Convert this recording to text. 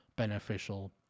beneficial